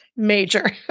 Major